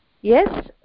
Yes